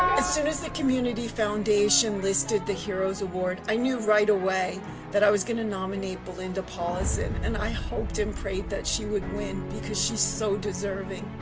as soon as the community foundation listed the heroes award i knew right away that i was going to nominate belinda paulcin and i hoped and prayed that she would win because she's so deserving.